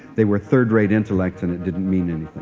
they were third-rate intellect and it didn't mean and